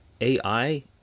AI